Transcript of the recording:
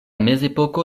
mezepoko